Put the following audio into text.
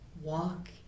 walk